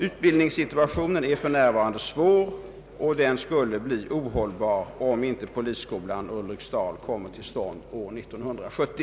Utbildningssituationen är för närvarande svår, och den skulle bli ohållbar om inte polisskolan i Ulriksdal kommer till stånd år 1970.